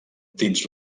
dins